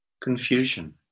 confusion